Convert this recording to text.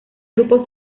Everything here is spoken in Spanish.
grupo